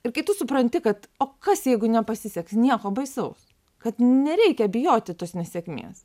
ir kai tu supranti kad o kas jeigu nepasiseks nieko baisaus kad nereikia bijoti tos nesėkmės